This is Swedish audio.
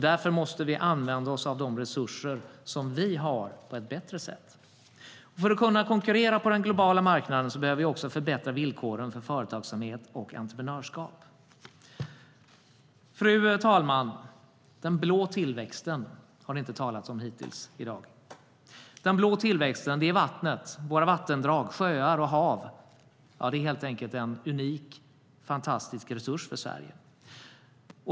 Därför måste vi använda oss av de resurser som vi har på ett bättre sätt. För att kunna konkurrera på den globala marknaden behöver vi också förbättra villkoren för företagsamhet och entreprenörskap. Fru talman! Det har hittills i dag inte talats om den blå tillväxten. Den blå tillväxten är vattnet, våra vattendrag, sjöar och hav. Det är helt enkelt en unik, fantastisk resurs för Sverige.